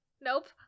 Nope